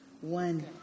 One